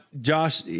Josh